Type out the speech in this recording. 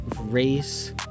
race